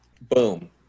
Boom